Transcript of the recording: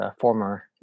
former